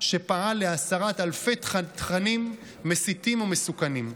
שפעל להסרת אלפי תכנים מסיתים ומסוכנים.